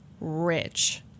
rich